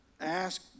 ask